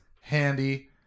handy